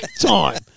time